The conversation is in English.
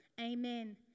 Amen